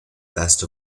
best